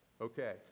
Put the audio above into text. Okay